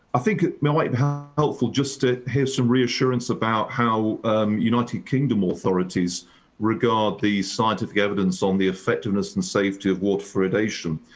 i think be i mean like but helpful just to have some reassurance about how united kingdom authorities regard the scientific evidence on the effectiveness and safety of water fluoridation.